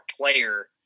player